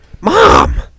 Mom